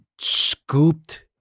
scooped